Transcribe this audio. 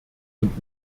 und